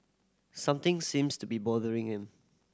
something seems to be bothering him